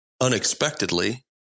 unexpectedly